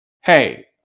hey